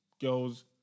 Girls